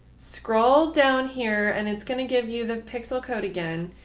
scroll down here and it's going to give you the pixel code again.